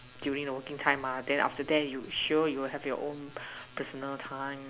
during the working time sure you have your own personal time